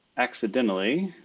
accidentally.